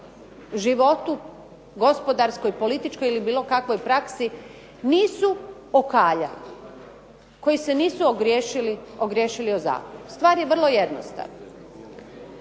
životu, gospodarskoj, političkoj ili bilo kakvoj praksi nisu okaljali, koji se nisu ogriješili o zakon. Stvar je vrlo jednostavna.